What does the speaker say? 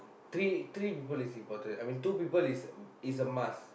three three people is important I mean two people is is a must